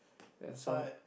and some